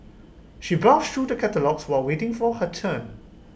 she browsed through the catalogues while waiting for her turn